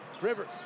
Rivers